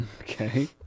okay